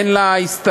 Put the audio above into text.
אין לה הסתייגויות,